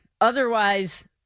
Otherwise